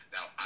Now